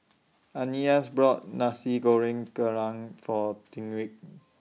Ananias brought Nasi Goreng Kerang For Tyrique